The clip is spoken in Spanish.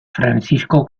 francesco